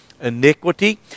iniquity